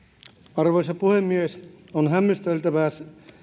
arvoisa puhemies on hämmästeltävä